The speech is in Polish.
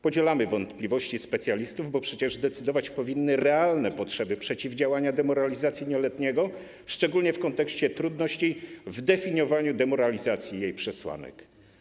Podzielamy wątpliwości specjalistów, bo przecież decydujące powinny być realne potrzeby przeciwdziałania demoralizacji nieletniego, szczególnie w kontekście trudności w definiowaniu demoralizacji i jej przesłanek.